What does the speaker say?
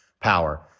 power